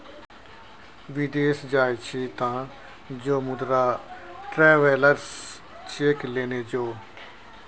विदेश जाय छी तँ जो मुदा ट्रैवेलर्स चेक लेने जो